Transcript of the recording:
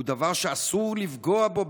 הוא דבר שאסור לפגוע בו,